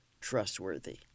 trustworthy